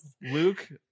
Luke